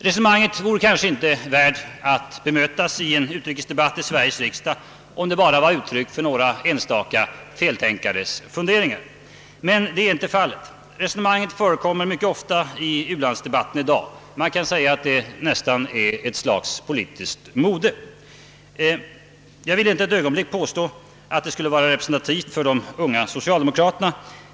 Resonemanget vore kanske inte värt att bemötas i en utrikesdebatt i Sveriges riksdag, om det bara var uttryck för några enstaka feltänkares funderingar. Men det är inte fallet. Resonemanget förekommer mycket ofta i ulandsdebatten i dag. Det är nästan ett slags politiskt mode. Jag vill inte ett ögonblick påstå att det skulle vara representativt för de unga socialdemokraterna.